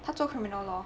他做 criminal law